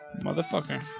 Motherfucker